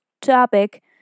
topic